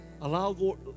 Allow